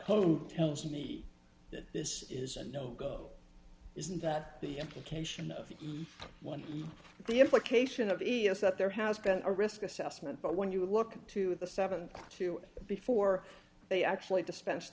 to tells me that this is a no go isn't that the implication of one the implication of the s that there has been a risk assessment but when you look to the seventy two before they actually dispense